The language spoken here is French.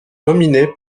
nominé